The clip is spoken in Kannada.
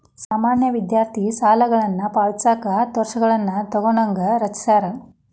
ಸಾಮಾನ್ಯ ವಿದ್ಯಾರ್ಥಿ ಸಾಲವನ್ನ ಪಾವತಿಸಕ ಹತ್ತ ವರ್ಷಗಳನ್ನ ತೊಗೋಣಂಗ ರಚಿಸ್ಯಾರ